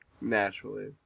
Naturally